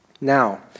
Now